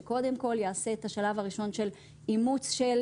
שקודם כל יעשה את השלב הראשון של אימוץ של